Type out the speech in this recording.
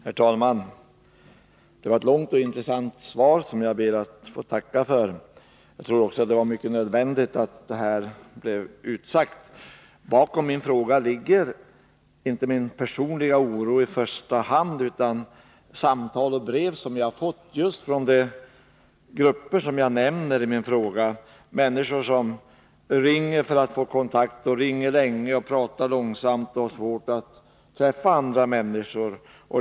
Herr talman! Det var ett långt och intressant svar, som jag ber att få tacka för. Jag tror också att det var nödvändigt att detta blev utsagt. Bakom min fråga ligger inte min personliga oro i första hand, utan samtal och brev som jag fått just från de grupper som jag nämner i min fråga, människor som ringer för att få kontakt, som ringer länge, pratar långsamt och har svårt att träffa andra människor.